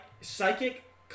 psychic